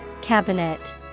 Cabinet